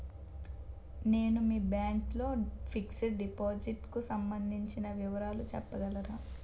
నేను మీ బ్యాంక్ లో ఫిక్సడ్ డెపోసిట్ కు సంబందించిన వివరాలు చెప్పగలరా?